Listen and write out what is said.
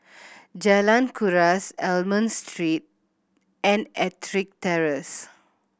Jalan Kuras Almond Street and Ettrick Terrace